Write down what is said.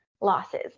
losses